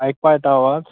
आयकपा येता आवाज